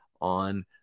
on